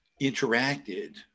interacted